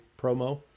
promo